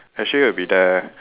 Ashley will be there